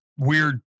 Weird